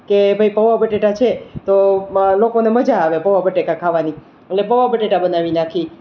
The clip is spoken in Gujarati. કે ભાઈ પૌવા બટાકા છે તો લોકોને મજા આવે પૌવા બટાકા ખાવાની એટલે પૌવા બટાકા બનાવી નાખીએ